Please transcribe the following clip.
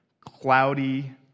cloudy